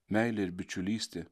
meilė ir bičiulystė